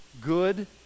good